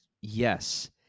yes